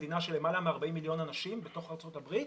מדינה של למעלה מ-40 מיליון אנשים בתוך ארצות הברית